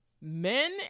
Men